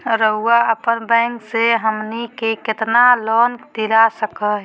रउरा अपन बैंक से हमनी के कितना लोन दिला सकही?